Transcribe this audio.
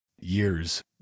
years